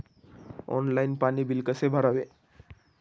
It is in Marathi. ऑनलाइन पाणी बिल कसे भरावे?